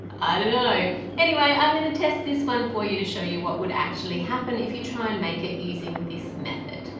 i don't know anyway i'm gonna test this one for you to show you what would actually happen if you try and make it using this method.